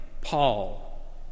Paul